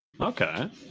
Okay